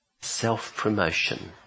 Self-promotion